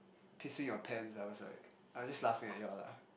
pissing your pants I'm just like I'm just laughing at you all lah